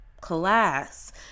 class